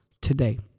today